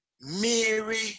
Mary